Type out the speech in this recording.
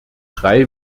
drei